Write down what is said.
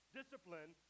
discipline